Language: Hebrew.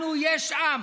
לנו יש עם